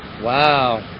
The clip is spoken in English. Wow